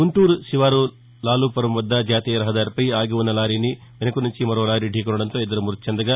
గుంటూరు శివారు లాలుపురం వద్ద జాతీయరహదారిపై ఆగి ఉన్న లారీని వెసుక నుంచి మరో లారీ ధీకొనడంతో ఇద్దరు మృతి చెందగా